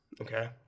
Okay